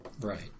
Right